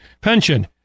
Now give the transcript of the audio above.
pension